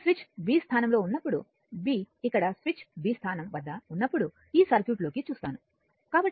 కాబట్టి switch b స్థానంలో ఉన్నప్పుడు b ఇక్కడ స్విచ్ bస్థానం వద్ద ఉన్నప్పుడు ఈ సర్క్యూట్లోకి చూస్తాను